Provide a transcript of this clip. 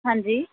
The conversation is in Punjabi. ਹਾਂਜੀ